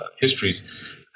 histories